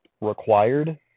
required